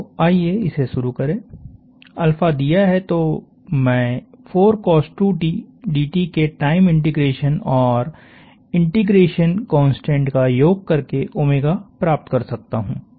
तो आइए इसे शुरू करे दिया है तो मैं 4cos2t dt के टाइम इंटीग्रेशन और इंटीग्रेशन कांस्टेंट का योग करके प्राप्त कर सकता हूं